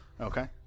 okay